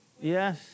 Yes